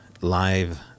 live